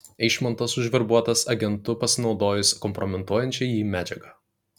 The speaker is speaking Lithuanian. eišmontas užverbuotas agentu pasinaudojus kompromituojančia jį medžiaga